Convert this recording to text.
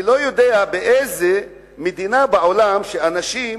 אני לא יודע באיזו מדינה בעולם בא מישהו לאנשים,